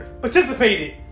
participated